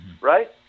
right